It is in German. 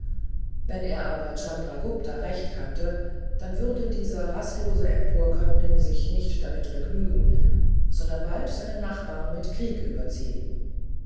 wenn er aber chandragupta recht kannte dann würde dieser rastlose emporkömmling sich nicht damit begnügen sondern bald seine nachbarn mit krieg überziehen